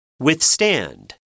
Withstand